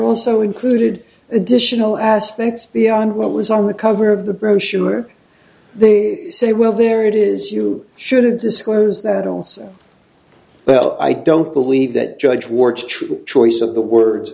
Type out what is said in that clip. also included additional aspects beyond what was on the cover of the brochure they say well there it is you should disclose that also well i don't believe that judge were true choice of the words